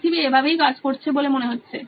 পৃথিবী এভাবেই কাজ করছে বলে মনে হচ্ছে